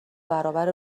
برابر